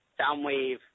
Soundwave